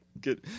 Good